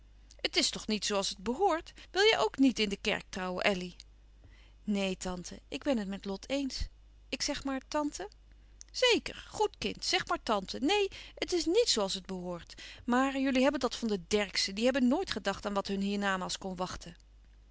het is toch niet zoo als het behoort wil jij ook niet in de kerk trouwen elly neen tante ik ben het met lot eens ik zeg maar tante zeker goed kind zeg maar tante neen het is niet zoo als het behoort maar jullie hebben dat van de derckszen die hebben nooit gedacht aan wat hun hiernamaals kon wachten